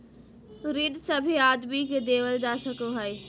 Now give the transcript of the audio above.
ऋण सभे आदमी के देवल जा सको हय